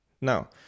Now